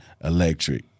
electric